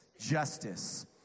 Justice